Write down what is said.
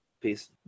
Peace